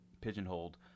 pigeonholed